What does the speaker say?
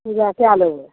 पूजा कै लेब